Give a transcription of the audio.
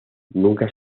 nunca